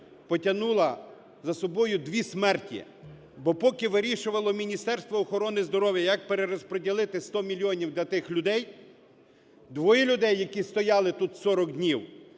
потягнула за собою дві смерті, бо поки вирішувало Міністерство охорони здоров'я, як перерозподілити 100 мільйонів для тих людей, двоє людей, які стояли тут сорок днів,